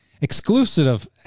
Exclusive